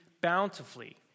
bountifully